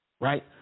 right